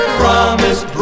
promise